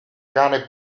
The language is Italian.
cane